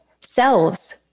Selves